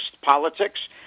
politics